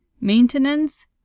maintenance